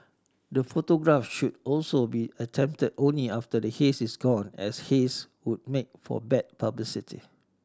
the photograph should also be attempted only after the haze is gone as haze would make for bad publicity